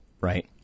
right